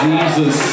Jesus